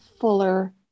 fuller